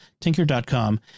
tinker.com